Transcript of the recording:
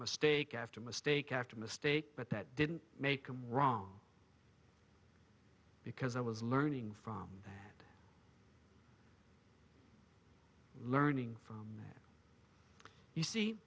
mistake after mistake after mistake but that didn't make them wrong because i was learning from that learning from you see